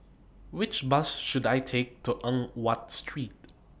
Which Bus should I Take to Eng Watt Street